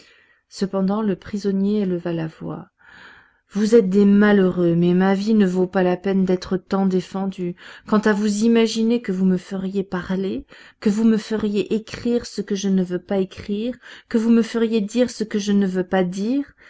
cependant le prisonnier éleva la voix vous êtes des malheureux mais ma vie ne vaut pas la peine d'être tant défendue quant à vous imaginer que vous me feriez parler que vous me feriez écrire ce que je ne veux pas écrire que vous me feriez dire ce que je ne veux pas dire